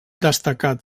destacat